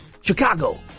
Chicago